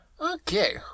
Okay